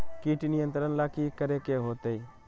किट नियंत्रण ला कि करे के होतइ?